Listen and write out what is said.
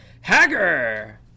Hagger